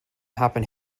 happen